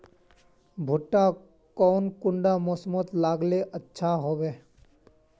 भुट्टा कौन कुंडा मोसमोत लगले अच्छा होबे?